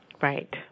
Right